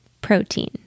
protein